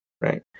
right